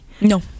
No